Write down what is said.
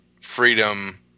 freedom